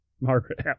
Margaret